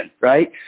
right